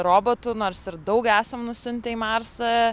robotų nors ir daug esam nusiuntę į marsą